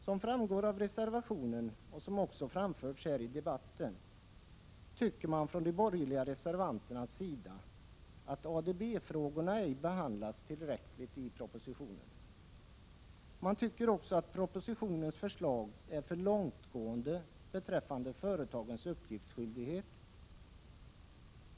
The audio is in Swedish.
Som framgår av reservationen, och som också framförts här i debatten, tycker de borgerliga reservanterna att ADB-frågorna ej behandlas tillräckligt i propositionen. Man tycker också att propositionens förslag beträffande företagens uppgiftsskyldighet är för långtgående.